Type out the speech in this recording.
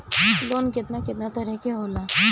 Loan केतना केतना तरह के होला?